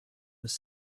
was